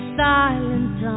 silent